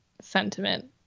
sentiment